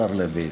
השר לוין,